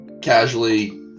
Casually